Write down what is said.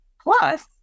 Plus